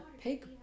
pig